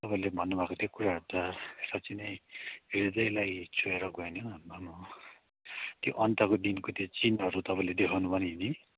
तपाईँले भन्नुभएको त्यो कुराहरू त साँच्चै नै हृदयलाई छोएर गयो नि हौ आम्मामाममाम त्यो अन्तको दिनको त्यो चिन्हहरू तपाईँले देखाउनुभयो नि नि